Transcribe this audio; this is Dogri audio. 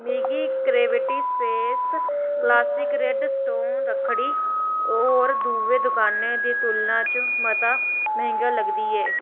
मिगी creative space classic red stone रक्खड़ी होर दुए दकानें दी तुलना च मता मैंह्गा लगदी ऐ